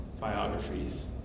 biographies